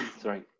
sorry